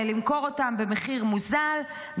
למכור אותם במחיר מוזל,